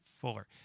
fuller